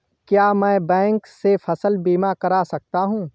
क्या मैं बैंक से फसल बीमा करा सकता हूँ?